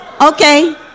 Okay